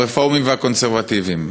הרפורמים והקונסרבטיבים,